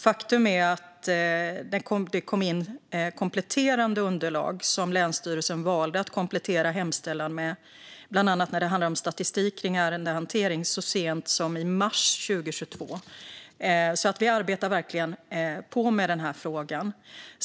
Faktum är att det kom in kompletterande underlag från länsstyrelsen, bland annat när det gäller statistik över ärendehantering, så sent som i mars 2022. Vi arbetar på med den här frågan.